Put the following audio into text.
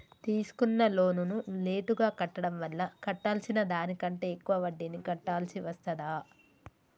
తీసుకున్న లోనును లేటుగా కట్టడం వల్ల కట్టాల్సిన దానికంటే ఎక్కువ వడ్డీని కట్టాల్సి వస్తదా?